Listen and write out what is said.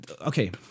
Okay